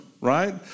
right